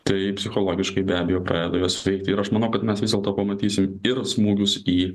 tai psichologiškai be abejo pradeda juos veikti ir aš manau kad mes vis dėlto pamatysim ir smūgius į